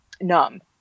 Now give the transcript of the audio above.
numb